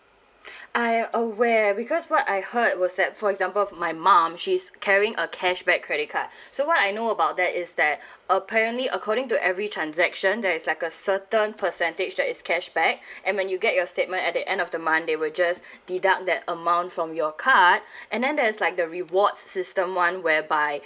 I aware because what I heard was that for example of my mum she's carrying a cashback credit card so what I know about that is that apparently according to every transaction there is like a certain percentage that is cashback and when you get your statement at the end of the month they were just deduct that amount from your card and then there's like the rewards system one whereby